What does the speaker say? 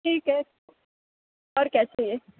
ٹھیک ہے اور کیا چاہیے